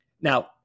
Now